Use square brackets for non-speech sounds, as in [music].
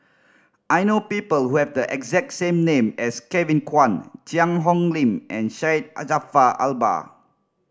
I know people who have the exact same name as Kevin Kwan Cheang Hong Lim and Syed [unintelligible] Jaafar Albar